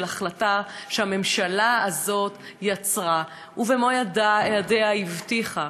החלטה שהממשלה הזאת יצרה ובעצמה הבטיחה